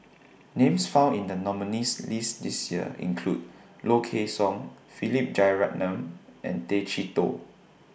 Names found in The nominees' list This Year include Low Kway Song Philip Jeyaretnam and Tay Chee Toh